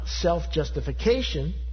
self-justification